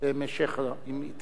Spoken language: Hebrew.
אם תרצה.